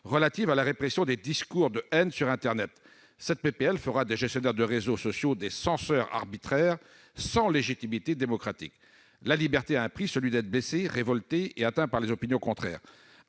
relative à la répression des discours de haine sur internet ? Cette proposition de loi fera des gestionnaires de réseaux sociaux des censeurs arbitraires, sans légitimité démocratique. La liberté a un prix : celui d'être blessé, révolté et atteint par les opinions contraires.